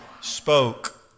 spoke